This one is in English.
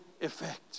effect